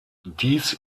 dies